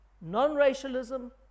non-racialism